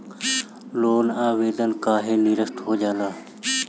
Loan आवेदन काहे नीरस्त हो जाला?